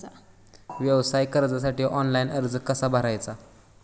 व्यवसाय कर्जासाठी ऑनलाइन अर्ज कसा भरायचा?